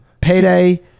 Payday